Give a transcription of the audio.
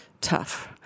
tough